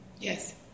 Yes